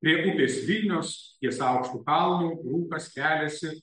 prie upės vilnios ties aukštu kalnu rūkas keliasi